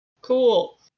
Cool